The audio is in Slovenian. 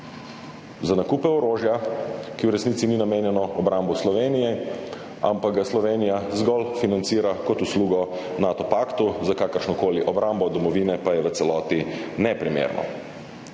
za nakupe orožja, ki v resnici ni namenjeno obrambi Slovenije, ampak ga Slovenija zgolj financira kot uslugo Nato paktu, za kakršnokoli obrambo domovine pa je v celoti neprimerno.